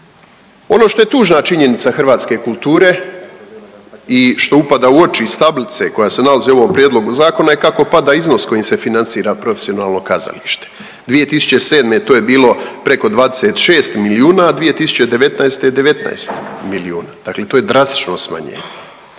Ono što je tužna činjenica hrvatske kulture i što upada u oči iz tablice koja se nalazi u ovom prijedlogu zakona je kako pada iznos kojim se financira profesionalno kazalište. 2007. to je bilo preko 26 milijuna, a 2019. 19 milijuna. Dakle to je drastično smanjenje.